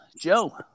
Joe